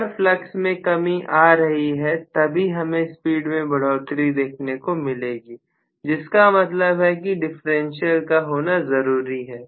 अगर फ्लक्स में कमी आ रही है तभी हमें स्पीड में बढ़ोतरी देखने को मिलेगी जिसका मतलब है कि डिफरेंशियल का होना जरूरी है